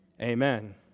Amen